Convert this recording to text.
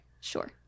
sure